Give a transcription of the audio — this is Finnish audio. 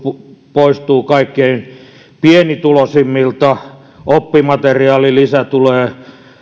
poistuu kaikkein pienituloisimmilta oppimateriaalilisä tulee